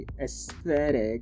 aesthetic